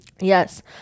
yes